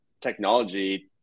technology